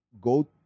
go